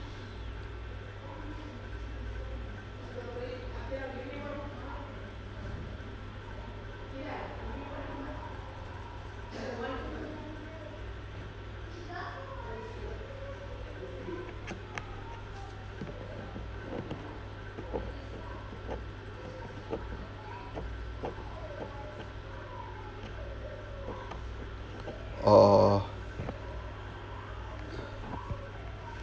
uh